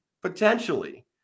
potentially –